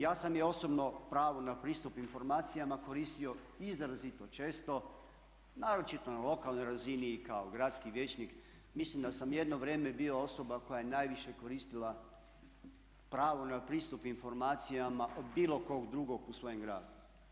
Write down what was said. Ja sam je osobno, pravo na pristup informacijama koristio izrazito često naročito na lokalnoj razini i kao gradski vijećnik, mislim da sam jedno vrijeme bio osoba koja je najviše koristila pravo na pristup informacijama od bilo koga drugog u svojem gradu.